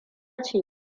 ce